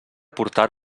portar